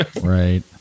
Right